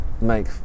make